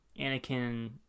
Anakin